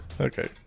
Okay